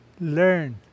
learn